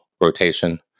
rotation